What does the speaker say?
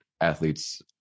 athletes